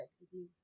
effectively